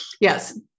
Yes